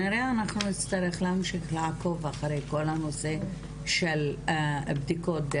אנחנו נצטרך להמשיך לעקוב אחרי כל הנושא של בדיקות.